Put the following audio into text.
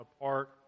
apart